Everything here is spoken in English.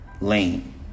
lane